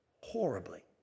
horribly